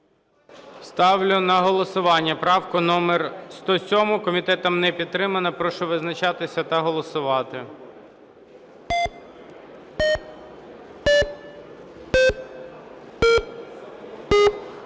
Ставлю на голосування правку номер 112, комітетом не підтримана. Прошу визначатися та голосувати.